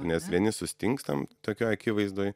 nes vieni sustingstam tokioj akivaizdoj